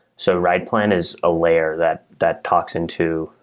so ride plan is a layer that that talks into,